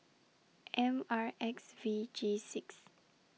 M R X V G six